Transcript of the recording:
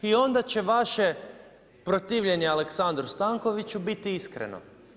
I onda će vaše protivljenje Aleksandru Stankoviću biti iskreno.